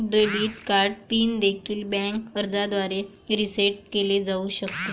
debit card PIN देखील bank अर्जाद्वारे reset केले जाऊ शकते